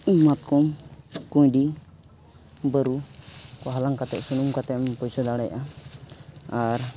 ᱢᱟᱛᱠᱚᱢ ᱠᱩᱸᱭᱰᱤ ᱵᱟᱹᱨᱩᱠᱚ ᱦᱟᱞᱟᱝ ᱠᱟᱛᱮᱫ ᱥᱩᱱᱩᱢ ᱠᱟᱛᱮᱫᱮᱢ ᱯᱚᱭᱥᱟ ᱫᱟᱲᱮᱭᱟᱜᱼᱟ ᱟᱨ